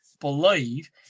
believe